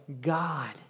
God